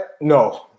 no